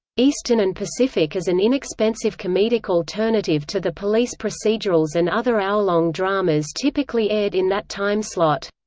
eastern and pacific as an inexpensive comedic alternative to the police procedurals and other hour-long dramas typically aired in that time slot.